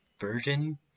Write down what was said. version